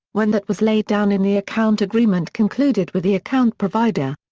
when that was laid down in the account agreement concluded with the account provider.